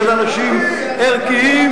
של אנשים ערכיים,